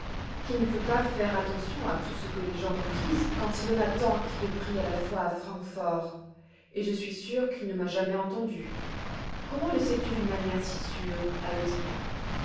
qu'il ne peut pas faire attention à tout ce que les gens lui disent quand il y eu a tant qui le prient à la fois à francfort et je suis sûre qu'il ne m'a jamais entendue comment le sais-tu d'une manière si sûre heidi